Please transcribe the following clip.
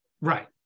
Right